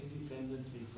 independently